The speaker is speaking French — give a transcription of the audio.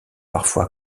parfois